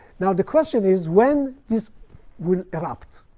now, the question is, when this will erupt.